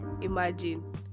Imagine